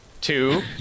Two